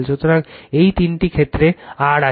সুতরাং এই তিনটি ক্ষেত্রে R আছে